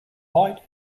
white